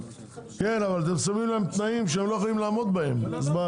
אתם שמים להם תנאים שהם לא יכולים לעמוד בהם.